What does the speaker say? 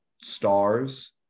stars